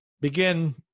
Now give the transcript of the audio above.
begin